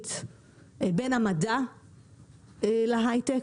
ומשמעותית בין המדע להיי-טק,